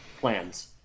plans